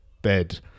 bed